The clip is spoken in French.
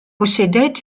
possédait